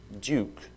Duke